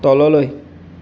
তললৈ